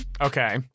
Okay